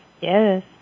Yes